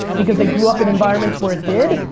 because they grew up in environments where it did.